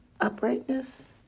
uprightness